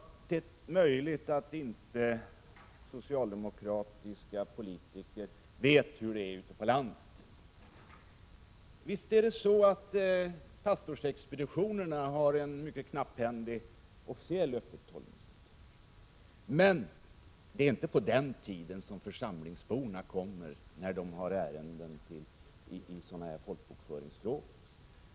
Det är möjligt att socialdemokratiska politiker inte vet hur det är ute på landet. Visst är många pastorsexpeditioners officiella öppethållandeti der knapphändiga, men det är inte under den tiden som församlingsborna kommer med sina folkbokföringsärenden.